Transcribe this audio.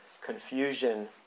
confusion